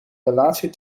relatie